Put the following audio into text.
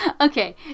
Okay